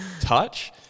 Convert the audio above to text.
touch